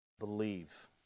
Believe